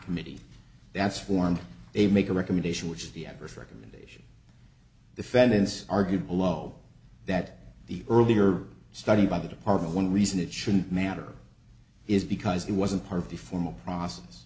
committee that's formed a make a recommendation which is the adverse recommendation defendants argue below that the earlier study by the department one reason it shouldn't matter is because he wasn't part of the formal process